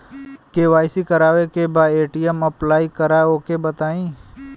KYC करावे के बा ए.टी.एम अप्लाई करा ओके बताई?